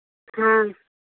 हाँ